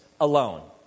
alone